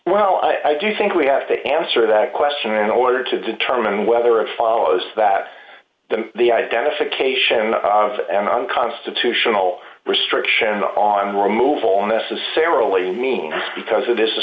well i do think we have to answer that question in order to determine whether a follows that the identification of an unconstitutional restriction on removal or necessarily means because it is a